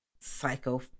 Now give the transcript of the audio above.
Psycho